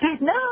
No